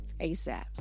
asap